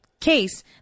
case